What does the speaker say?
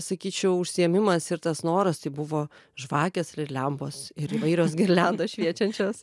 sakyčiau užsiėmimas ir tas noras tai buvo žvakės ir lempos ir įvairios girliandos šviečiančios